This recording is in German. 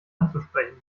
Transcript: anzusprechen